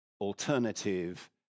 alternative